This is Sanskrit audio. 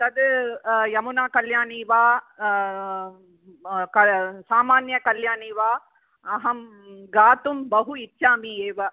तद् यमुनाकल्याणी वा म् कल् सामान्यकल्याणी वा अहं गातुं बहु इच्छामि एव